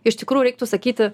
iš tikrųjų reiktų sakyti